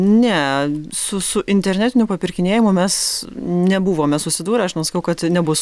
ne su su internetiniu papirkinėjimu mes nebuvome susidūrę aš nesakau kad nebus